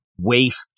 waste